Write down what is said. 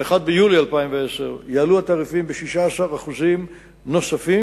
ב-1 ביולי 2010 יעלו התעריפים ב-16% נוספים.